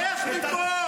אל תחשוף את עצמך.